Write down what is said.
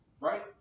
right